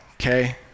okay